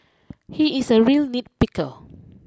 he is a real nitpicker